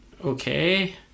okay